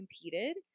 competed